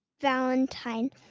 Valentine